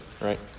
right